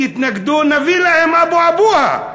יתנגדו, נביא להם אבו אבוהה.